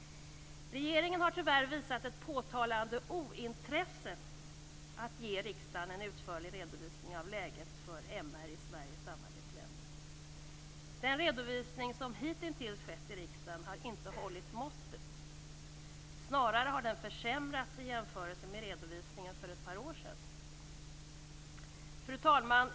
Regeringen har tyvärr visat ett påtagligt ointresse att ge riksdagen en utförlig redovisning av läget för MR i Sveriges samarbetsländer. Den redovisning som hitintills skett i riksdagen har inte hållit måttet. Snarare har den försämrats i jämförelse med redovisningen för ett par år sedan. Fru talman!